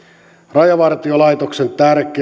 rajavartiolaitoksen